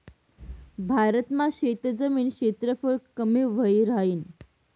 भारत मा शेतजमीन क्षेत्रफळ कमी व्हयी राहीन